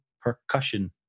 percussion